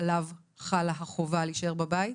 להישאר בבית?